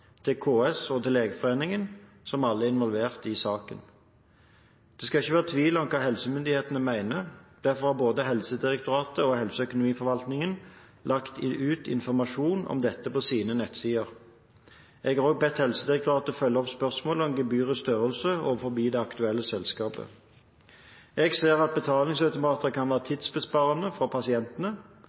til KS og til Legeforeningen, som alle er involvert i saken. Det skal ikke være tvil om hva helsemyndighetene mener. Derfor har både Helsedirektoratet og Helseøkonomiforvaltningen lagt ut informasjon om dette på sine nettsider. Jeg har også bedt Helsedirektoratet følge opp spørsmålet om gebyrets størrelse overfor det aktuelle selskapet. Jeg ser at betalingsautomater kan være tidsbesparende for pasientene,